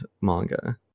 manga